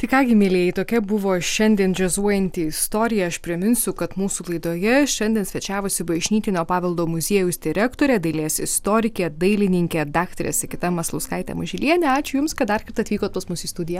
tai ką gi mielieji tokia buvo šiandien džiazuojanti istorija aš priminsiu kad mūsų laidoje šiandien svečiavosi bažnytinio paveldo muziejaus direktorė dailės istorikė dailininkė daktarė sigita maslauskaitė mažylienė ačiū jums kad dar kartą atvykot pas mus į studiją